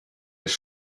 ist